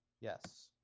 Yes